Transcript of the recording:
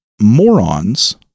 morons